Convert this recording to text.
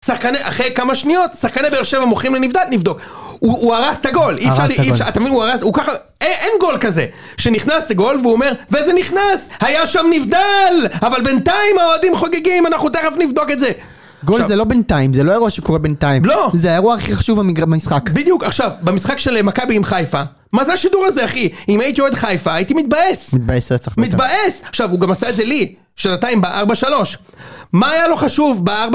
שחקני אחרי כמה שניות, שחקני באר שבע המוכרים לנבדל, נבדוק. הוא הרס את הגול. הרס את הגול. אתה מבין, הוא הרס, הוא ככה, אין גול כזה. שנכנס לגול והוא אומר, וזה נכנס! היה שם נבדל! אבל בינתיים האוהדים חוגגים, אנחנו תכף נבדוק את זה. גול זה לא בינתיים, זה לא אירוע שקורה בינתיים. לא! זה האירוע הכי חשוב במשחק. בדיוק, עכשיו, במשחק של מכבי עם חיפה, מה זה השידור הזה, אחי? אם הייתי אוהד חיפה, הייתי מתבאס. מתבאס רצח. מתבאס! עכשיו, הוא גם עשה את זה לי, שנתיים, ב-4-3. מה היה לו חשוב ב-4-3?